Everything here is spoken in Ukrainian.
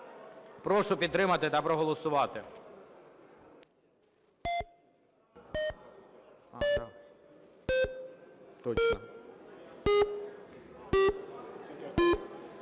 Прошу підтримати та проголосувати.